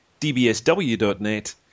dbsw.net